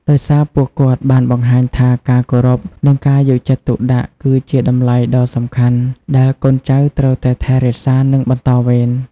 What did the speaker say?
ដោយសារពួកគាត់បានបង្ហាញថាការគោរព និងការយកចិត្តទុកដាក់ គឺជាតម្លៃដ៏សំខាន់ដែលកូនចៅត្រូវតែថែរក្សា និងបន្តវេន។